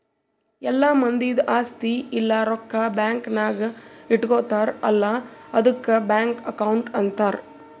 ಎಲ್ಲಾ ಮಂದಿದ್ ಆಸ್ತಿ ಇಲ್ಲ ರೊಕ್ಕಾ ಬ್ಯಾಂಕ್ ನಾಗ್ ಇಟ್ಗೋತಾರ್ ಅಲ್ಲಾ ಆದುಕ್ ಬ್ಯಾಂಕ್ ಅಕೌಂಟ್ ಅಂತಾರ್